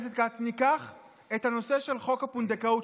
ניקח את הנושא של חוק הפונדקאות,